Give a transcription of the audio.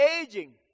aging